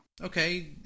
Okay